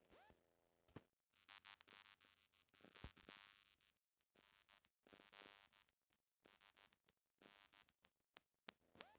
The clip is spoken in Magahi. क्रिप्टो करेंसी में पारदर्शिता के आवश्यकता पर बल देल जाइत हइ